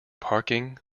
parking